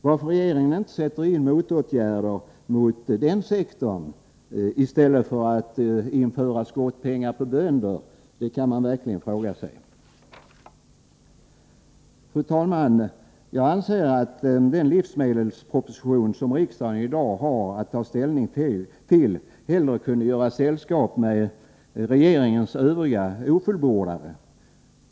Varför regeringen inte sätter in motåtgärder mot den sektorn i stället för att införa skottpengar på bönder kan man verkligen fråga sig. Fru talman! Jag anser att den livsmedelsproposition som riksdagen i dag har att ta ställning till borde får göra sällskap med regeringens övriga ofullbordade.